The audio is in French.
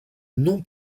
non